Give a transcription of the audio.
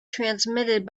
transmitted